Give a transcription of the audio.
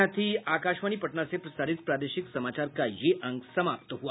इसके साथ ही आकाशवाणी पटना से प्रसारित प्रादेशिक समाचार का ये अंक समाप्त हुआ